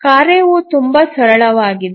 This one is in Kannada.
ಕಾರ್ಯವು ತುಂಬಾ ಸರಳವಾಗಿದೆ